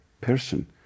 person